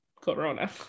corona